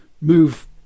move